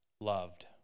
loved